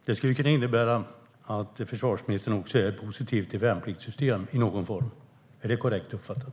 Herr talman! Det skulle kunna innebära att försvarsministern också är positiv till ett värnpliktssystem i någon form. Är det korrekt uppfattat?